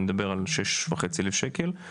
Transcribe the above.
אני מדבר על שש וחצי אלף שקל,